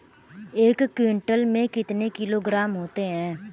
एक क्विंटल में कितने किलोग्राम होते हैं?